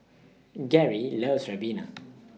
Gerri loves Ribena